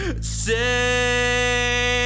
Say